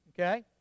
Okay